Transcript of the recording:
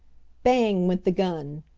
bang went the gun!